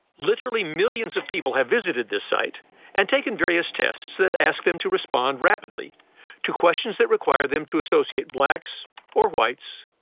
literally millions of people have visited this site and taken various tests that ask them to respond rapidly to questions that require them to associate blacks or whites,